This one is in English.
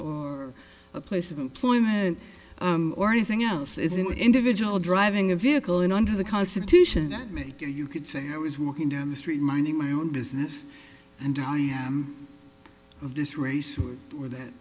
or a place of employment or anything else as an individual driving a vehicle and under the constitution that make it you could say i was walking down the street minding my own business and i am of this race or where that